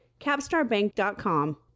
CapstarBank.com